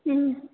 ம்